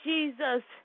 Jesus